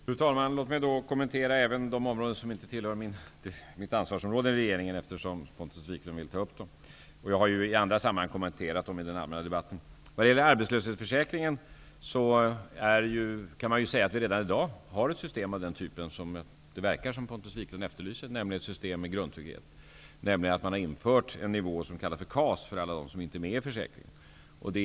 Fru talman! Låt mig då kommentera även de områden som inte tillhör mitt ansvarsområde inom regeringen, eftersom Pontus Wiklund har tagit upp dem. Jag har ju i andra sammanhang kommenterat dessa frågor i debatten. När det gäller arbetslöshetsförsäkringen har vi redan i dag ett system av den typ som Pontus Wiklund förefaller att efterlysa, nämligen ett system med grundtrygghet. Det finns infört en nivå som kallas för KAS för dem som inte är med i försäkringen.